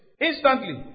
instantly